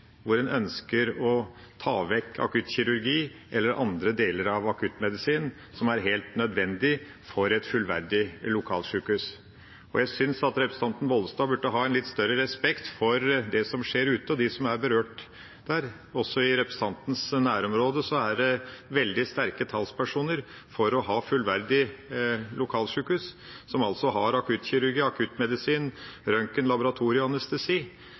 hvor en ønsker å ta vekk akuttkirurgi eller andre deler av akuttmedisin, som er helt nødvendig å ha for et fullverdig lokalsjukehus. Jeg synes at representanten Bollestad burde ha en litt større respekt for det som skjer ute, og de som er berørt der. Også i representantens nærområde er det veldig sterke talspersoner for å ha fullverdige lokalsjukehus, som altså har akuttkirurgi og akuttmedisin,